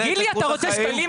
תגיד לי, אתה רוצה שתלים?